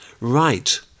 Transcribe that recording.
Right